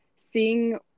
seeing